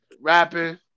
rapping